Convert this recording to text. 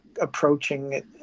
approaching